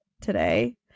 today